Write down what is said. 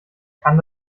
kann